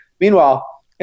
Meanwhile